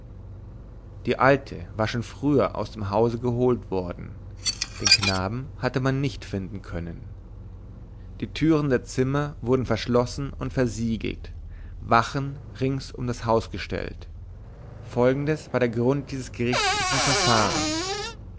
die alte war schon früher aus dem hause geholt worden den knaben hatte man nicht finden können die türen der zimmer wurden verschlossen und versiegelt wachen rings um das haus gestellt folgendes war der grund dieses gerichtlichen verfahrens